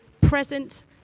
present